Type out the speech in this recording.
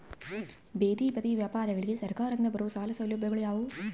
ಬೇದಿ ಬದಿ ವ್ಯಾಪಾರಗಳಿಗೆ ಸರಕಾರದಿಂದ ಬರುವ ಸಾಲ ಸೌಲಭ್ಯಗಳು ಯಾವುವು?